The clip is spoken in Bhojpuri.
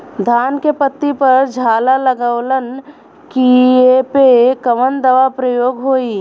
धान के पत्ती पर झाला लगववलन कियेपे कवन दवा प्रयोग होई?